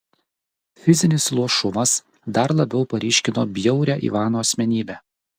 fizinis luošumas dar labiau paryškino bjaurią ivano asmenybę